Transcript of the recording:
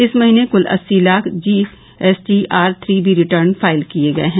इस महीने कुल अस्सी लाख जीएसटीआर उबी रिटर्न फाइल किए गए हैं